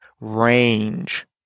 range